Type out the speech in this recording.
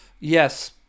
yes